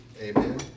Amen